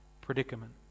predicament